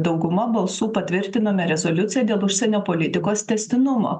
dauguma balsų patvirtinome rezoliuciją dėl užsienio politikos tęstinumo